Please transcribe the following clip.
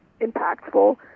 impactful